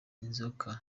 inzoka